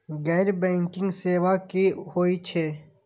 गैर बैंकिंग सेवा की होय छेय?